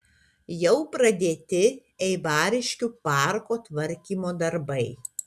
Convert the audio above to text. jau pradėti eibariškių parko tvarkymo darbai